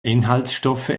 inhaltsstoffe